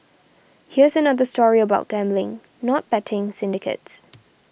here's another story about gambling not betting syndicates